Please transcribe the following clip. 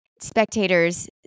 spectators